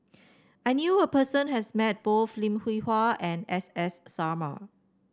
I knew a person has met both Lim Hwee Hua and S S Sarma